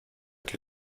que